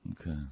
Okay